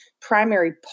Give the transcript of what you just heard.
primary